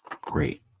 great